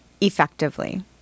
effectively